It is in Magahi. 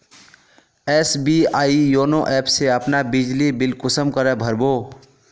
एस.बी.आई योनो ऐप से अपना बिजली बिल कुंसम करे भर बो?